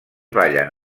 ballen